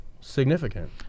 significant